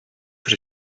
put